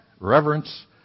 Reverence